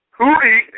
Hootie